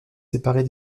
séparés